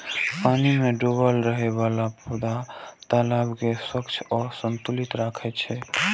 पानि मे डूबल रहै बला पौधा तालाब कें स्वच्छ आ संतुलित राखै छै